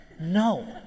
No